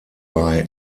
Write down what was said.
bei